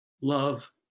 love